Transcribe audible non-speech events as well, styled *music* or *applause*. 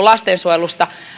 *unintelligible* lastensuojelusta